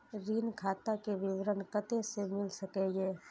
ऋण खाता के विवरण कते से मिल सकै ये?